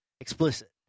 explicit